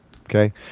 Okay